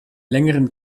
längeren